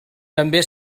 també